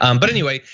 um but anyway,